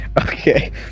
Okay